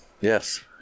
Yes